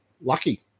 lucky